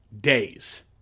days